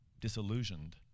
disillusioned